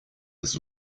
his